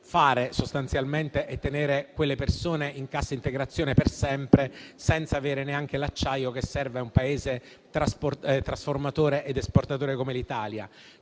fare sostanzialmente è tenere quelle persone in cassa integrazione per sempre, senza avere neanche l'acciaio che serve a un Paese trasformatore ed esportatore come l'Italia.